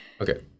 Okay